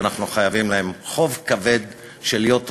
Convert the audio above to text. שאנחנו חייבים להם חוב כבד של להיות ראויים,